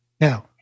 Now